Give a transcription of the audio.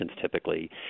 typically